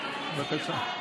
למה אתה לא מצביע?